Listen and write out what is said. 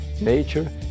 Nature